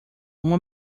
uma